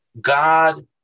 God